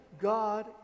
God